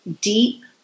deep